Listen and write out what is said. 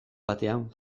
batean